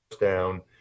down